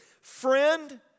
friend